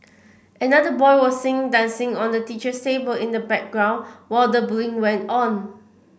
another boy was seen dancing on the teacher's table in the background while the bullying went on